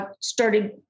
started